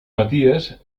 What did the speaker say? maties